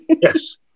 Yes